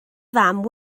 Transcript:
fam